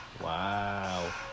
Wow